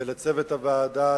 ולצוות הוועדה,